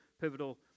pivotal